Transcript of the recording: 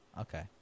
okay